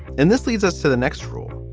and this leads us to the next road.